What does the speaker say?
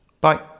bye